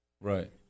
Right